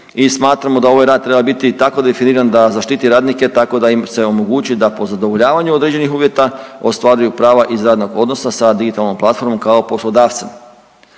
smatramo da ovaj rad treba biti tako definiran da zaštiti radnike tako da im se omogući da po zadovoljavanju određenih uvjeta ostvaruju prava iz radnog odnosa sa digitalnom platformom kao poslodavcem.